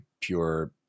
pure